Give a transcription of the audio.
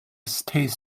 stays